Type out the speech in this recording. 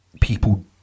people